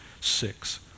six